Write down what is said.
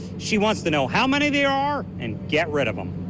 she wants to know how many they are and get rid of them.